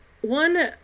One